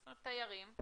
תיירים,